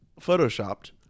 Photoshopped